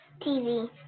TV